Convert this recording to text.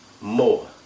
more